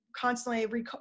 constantly